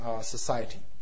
society